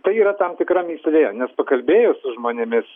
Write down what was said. tai yra tam tikra mįslė nes pakalbėjus su žmonėmis